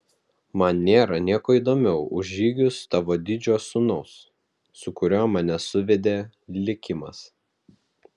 man nėra nieko įdomiau už žygius tavo didžio sūnaus su kuriuo mane suvedė likimas